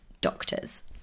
doctors